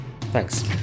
Thanks